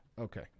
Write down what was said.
okay